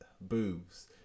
boobs